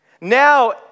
Now